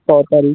তাড়াতাড়ি